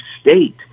state